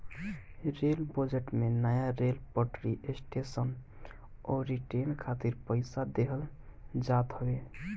rail budget में नया rail पटरी, स्टेशन अउरी ट्रेन खातिर पईसा देहल जात हवे